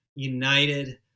united